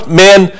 men